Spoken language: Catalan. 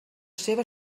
seva